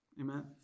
Amen